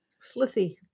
slithy